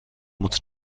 moc